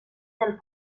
del